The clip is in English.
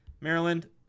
Maryland